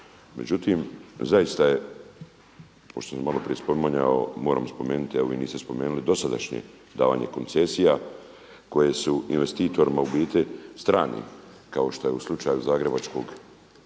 Međutim, zaista je kao što sam malo prije spominjao moram spomenuti evo i niste spomenuli dosadašnje davanje koncesija koje su investitorima u biti strani kao što je u slučaju zagrebačke